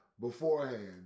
beforehand